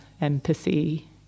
empathy